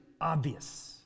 obvious